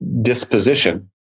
disposition